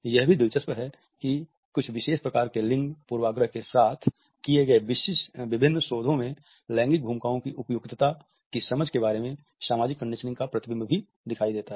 यह भी दिलचस्प है कि कुछ विशेष प्रकार के लिंग पूर्वाग्रह के साथ किए गए विभिन्न शोधों में लैंगिक भूमिकाओं की उपयुक्तता की समझ के बारे में सामाजिक कंडीशनिंग का प्रतिबिंब भी दिखाई देता है